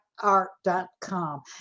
art.com